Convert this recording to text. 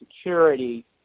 security